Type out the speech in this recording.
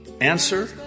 Answer